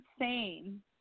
insane